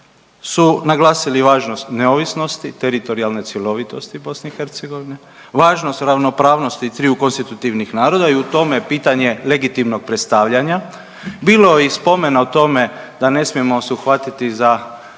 su naglasili važnost neovisnosti, teritorijalne cjelovitosti BiH, važnost ravnopravnosti triju konstitutivnih naroda i u tome pitanje legitimnog predstavljanja. Bilo je i spomena o tome da ne smijemo se uhvatiti za